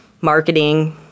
marketing